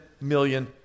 million